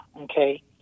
okay